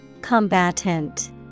Combatant